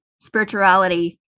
spirituality